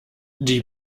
die